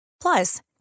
Plus